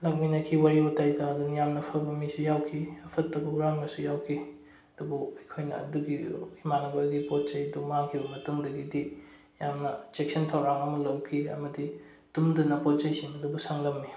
ꯂꯥꯛꯃꯤꯟꯅꯈꯤ ꯋꯥꯔꯤ ꯋꯥꯇꯥꯏ ꯇꯥꯗꯨꯅ ꯌꯥꯝꯅ ꯐꯕ ꯃꯤꯁꯨ ꯌꯥꯎꯈꯤ ꯐꯠꯇꯕ ꯍꯨꯔꯥꯟꯕꯁꯨ ꯌꯥꯎꯈꯤ ꯑꯗꯨꯕꯨ ꯑꯩꯈꯣꯏꯅ ꯑꯗꯨꯒꯤ ꯏꯃꯥꯟꯅꯕ ꯍꯣꯏꯒꯤ ꯄꯣꯠ ꯆꯩꯗꯨ ꯃꯥꯡꯈꯤꯕ ꯃꯇꯨꯡꯗꯒꯤꯗꯤ ꯌꯥꯝꯅ ꯆꯦꯛꯁꯤꯟ ꯊꯧꯔꯥꯡ ꯑꯃ ꯂꯧꯈꯤ ꯑꯃꯗꯤ ꯇꯨꯝꯗꯅ ꯄꯣꯠ ꯆꯩꯁꯤꯡ ꯑꯗꯨꯕꯨ ꯁꯪꯂꯝꯃꯤ